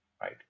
right